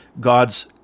God's